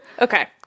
Okay